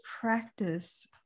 practice